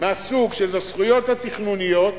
מהסוג של הזכויות התכנוניות